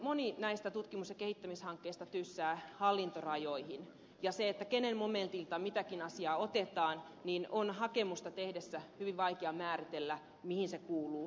moni näistä tutkimus ja kehittämishankkeista tyssää hallintorajoihin ja sitä kenen momentilta mitäkin asiaa otetaan on hakemusta tehdessä hyvin vaikea määritellä sitä mihin se kuuluu